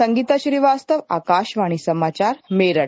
संगीता श्रीवास्तव आकाशवाणी समाचार मेरठ